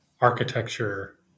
architecture